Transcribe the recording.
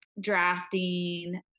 drafting